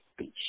speech